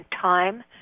time